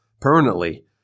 permanently